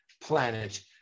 planet